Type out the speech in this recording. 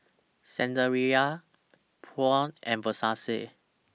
Saizeriya Braun and Versace